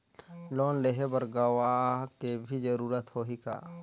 Loan लेहे बर गवाह के भी जरूरत होही का?